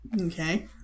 Okay